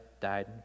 died